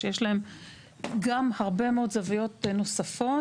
שיש להם גם הרבה מאוד זוויות נוספות,